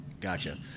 Gotcha